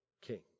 King